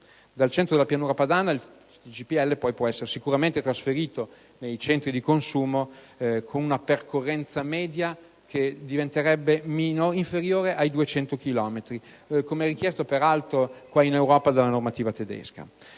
Dal centro della Pianura padana poi il GPL può essere sicuramente trasferito nei centri di consumo con una percorrenza media inferiore ai 200 km (come richiesto, peraltro, in Europa dalla normativa tedesca).